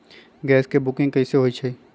Gas के booking कैसे होईछई?